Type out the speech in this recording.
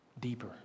deeper